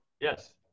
Yes